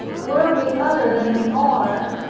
were we other than we are,